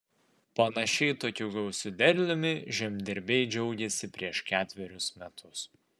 panašiai tokiu gausiu derliumi žemdirbiai džiaugėsi prieš ketverius metus